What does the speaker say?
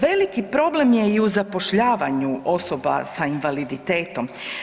Veliki problem je i u zapošljavanju osoba sa invaliditetom.